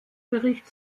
bericht